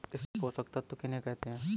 स्थूल पोषक तत्व किन्हें कहते हैं?